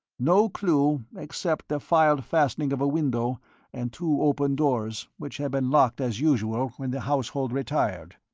no clue except the filed fastening of a window and two open doors which had been locked as usual when the household retired.